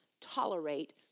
tolerate